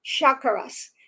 chakras